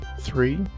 three